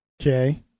Okay